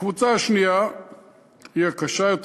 הקבוצה השנייה היא הקשה יותר,